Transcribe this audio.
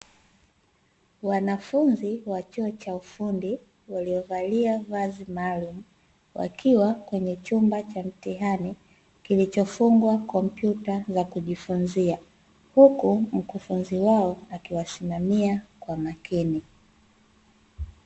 Wanafunzi wa chuo cha ufundi waliovalia vazi maalumu, wakiwa kwenye chumba cha mtihani kilichofungwa kompyuta za kujifunzia, huku mkufunzi wao akiwasimamia kwa makini.